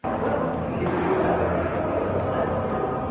well, if you have any ideas, let's hear them.